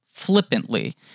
flippantly